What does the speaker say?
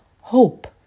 hope